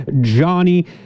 Johnny